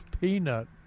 peanut